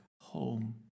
home